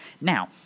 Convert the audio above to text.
Now